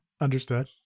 understood